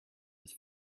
with